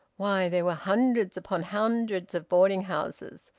why, there were hundreds upon hundreds of boarding-houses,